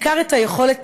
כתוצאה מכך,